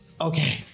Okay